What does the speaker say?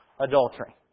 adultery